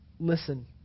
listen